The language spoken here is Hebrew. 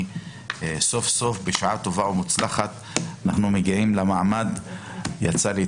בשעה טובה ומוצלחת אנחנו מגיעים למעמד ההצבעה.